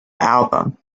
album